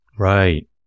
Right